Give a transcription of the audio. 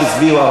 לא התקבלה.